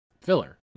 filler